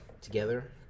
together